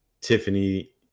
Tiffany